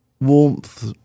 warmth